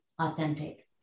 authentic